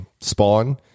spawn